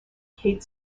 kate